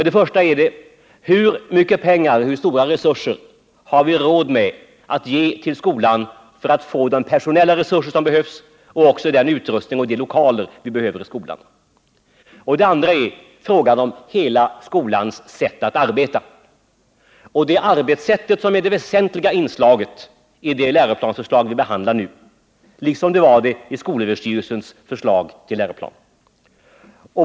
Det gäller för det första hur mycket vi har råd att ge till skolan för att få den personal, den utrustning och de lokaler som behövs. För det andra gäller det hela skolans sätt att arbeta. Och det är arbetssättet som är det väsentligaste inslaget i det läroplansförslag som vi nu behandlar liksom det var det i SÖ:s förslag till läroplan.